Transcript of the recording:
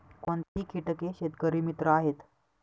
कोणती किटके शेतकरी मित्र आहेत?